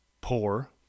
poor